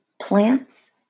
plants